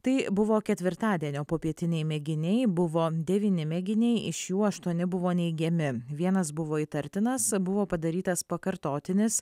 tai buvo ketvirtadienio popietiniai mėginiai buvo devyni mėginiai iš jų aštuoni buvo neigiami vienas buvo įtartinas buvo padarytas pakartotinis